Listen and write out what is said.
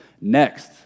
Next